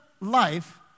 life